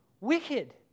wicked